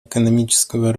экономического